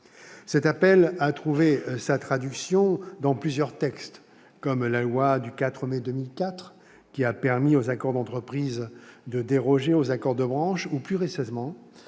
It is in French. Cet appel a trouvé sa traduction dans plusieurs textes, comme la loi du 4 mai 2004, qui a permis aux accords d'entreprise de déroger aux accords de branche, ou, plus récemment,